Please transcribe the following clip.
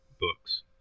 books